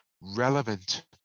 relevant